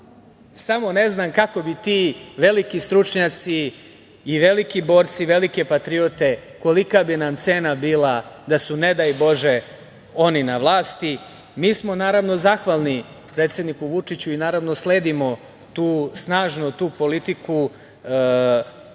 Samo ne znam kako bi ti veliki stručnjaci i veliki borci, velike patriote, kolika bi nam cena bila da su, ne daj Bože, oni na vlasti. Mi smo, naravno, zahvalni predsedniku Vučiću i sledimo tu snažnu politiku